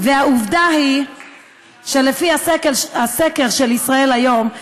והעובדה היא שלפי הסקר של ישראל היום,